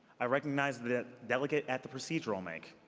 i recognize the delegate at the procedural mic.